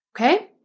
Okay